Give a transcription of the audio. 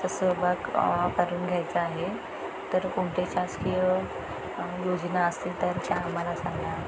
तसं सहभाग करून घ्यायचा आहे तर कोणते शासकीय योजना असतील तर छान आम्हाला सांगा